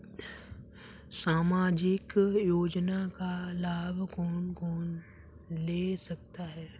सामाजिक योजना का लाभ कौन कौन ले सकता है?